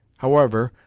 however,